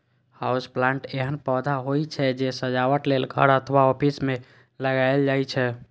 house plant एहन पौधा होइ छै, जे सजावट लेल घर अथवा ऑफिस मे लगाएल जाइ छै